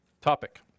topic